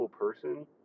person